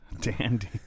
Dandy